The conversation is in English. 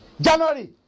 January